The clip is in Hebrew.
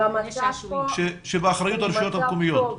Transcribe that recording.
שבאחריות הרשויות המקומיות.